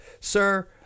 sir